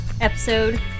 episode